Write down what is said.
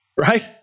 right